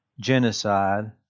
genocide